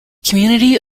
community